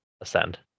ascend